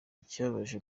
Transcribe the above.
ikibabaje